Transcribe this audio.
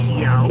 yo